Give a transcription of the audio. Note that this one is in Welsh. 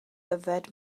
yfed